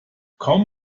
kaum